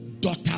daughter